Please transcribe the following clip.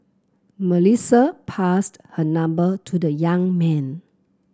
Melissa passed her number to the young man